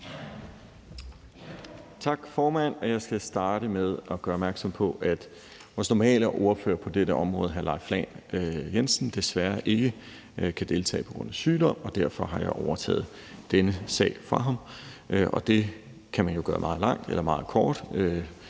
Tak, formand. Jeg skal starte med at gøre opmærksom på, at vores normale ordfører på dette område, hr. Leif Lahn Jensen, desværre ikke kan deltage på grund af sygdom, og derfor har jeg overtaget denne sag fra ham. Det kan man jo gøre meget langt